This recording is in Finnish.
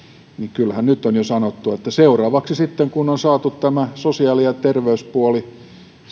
kyllähän jo nyt on sanottu että seuravaksi sitten kun on saatu tämä sosiaali ja terveyspuoli